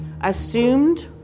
assumed